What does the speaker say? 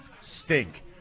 Stink